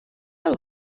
del